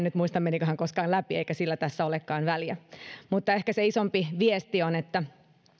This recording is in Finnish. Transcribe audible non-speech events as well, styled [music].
[unintelligible] nyt muista menikö hän koskaan läpi eikä sillä tässä olekaan väliä mutta ehkä se isompi viesti on että